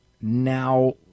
Now